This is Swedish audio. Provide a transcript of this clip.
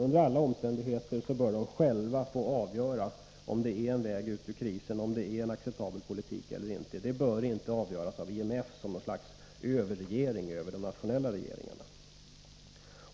Under alla omständigheter bör länderna själva få avgöra om det är en väg ut ur krisen, om det är en acceptabel politik eller inte. Det bör inte avgöras av IMF som något slags överregering över de nationella regeringarna.